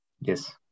Yes